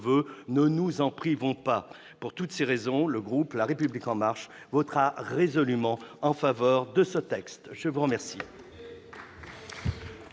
voeu. Ne nous en privons pas ! Pour toutes ces raisons, le groupe La République En Marche votera résolument en faveur du présent texte. Mes chers